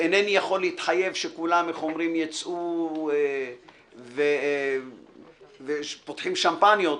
אינני יכול להתחייב שכולם יצאו כשהם פותחים שמפניות,